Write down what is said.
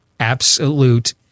Absolute